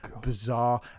bizarre